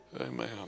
Amen